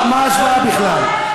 מה ההשוואה בכלל?